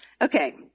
Okay